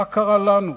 מה קרה לנו?